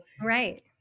Right